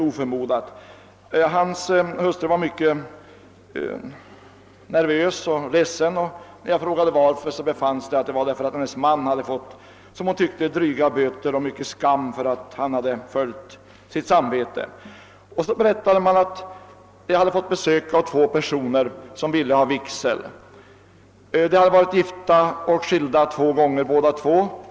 Prästens hustru var mycket nervös och ledsen, och när jag frågade vad det berodde på berättade hon att hennes man fått, som hon tyckte, dryga böter och mäst utstå mycken skam för att han följt sitt samvete. Det berättades att prästen hade fått besök av två personer som ville ha vigsel. Båda hade varit gifta och skilt sig två gånger.